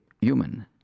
human